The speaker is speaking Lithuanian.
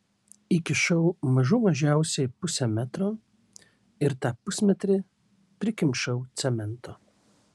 įkišau mažų mažiausiai pusę metro ir tą pusmetrį prikimšau cemento